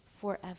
forever